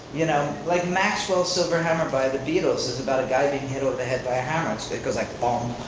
you know like maxwell's silver hammer by the beatles is about a guy being hit over the head by a hammer. and it goes like um